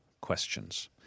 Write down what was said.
questions